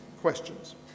questions